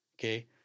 okay